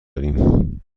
داریم